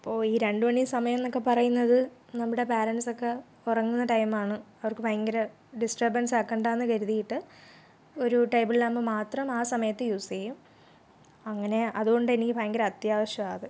അപ്പോൾ ഈ രണ്ടു മണി സമയം എന്നൊക്കെ പറയുന്നത് നമ്മുടെ പാരൻസൊക്കെ ഉറങ്ങുന്ന ടൈമാണ് അവർക്ക് ഭയങ്കര ഡിസ്റ്റർബൻസ് ആക്കണ്ടാന്ന് കരുതിയിട്ട് ഒരു ടേബിൾ ലാമ്പ് മാത്രം ആ സമയത്ത് യൂസ് ചെയ്യും അങ്ങനെ അതുകൊണ്ട് എനിക്ക് ഭയങ്കര അത്യാവശ്യം അത്